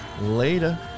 later